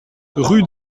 rue